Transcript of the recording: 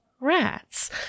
rats